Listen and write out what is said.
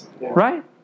Right